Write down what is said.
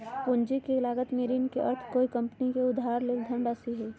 पूंजी के लागत ले ऋण के अर्थ कोय कंपनी से उधार लेल धनराशि हइ